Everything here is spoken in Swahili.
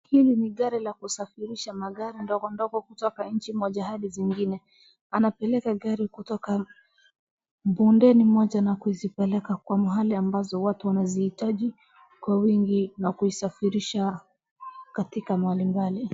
Hili ni gari la kusafirisha magari ndogo ndogo kutoka nchi moja hadi zingine. Anapeleka gari kutoka bondeni moja na kuzipeleka kwa mahali ambazo watu wanazihitaji kwa wingi na kuisafirisha katika mbalimbali.